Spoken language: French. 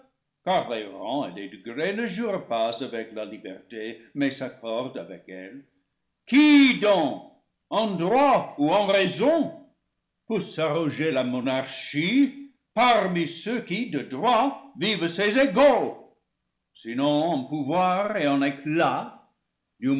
ne jurent pas avec la liberté mais s'accordent avec elle qui donc en droit ou en raison peut s'arroger la monarchie parmi ceux qui de droit vivent ses égaux sinon en pouvoir et en éclat du